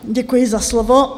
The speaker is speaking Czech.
Děkuji za slovo.